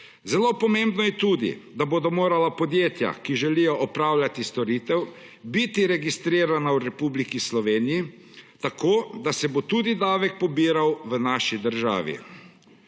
Zelo pomembno je tudi, da bodo morala podjetja, ki želijo opravljati storitev, biti registrirana v Republiki Sloveniji tako, da se bo tudi davek pobiral v naši državi.